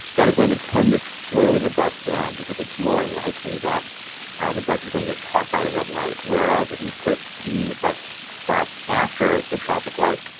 that is going to tend to slow the bus down because it's more likely that ah the bus is going to get caught by a red light. whereas if you put the bus stop after the traffic light,